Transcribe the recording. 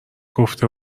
گفته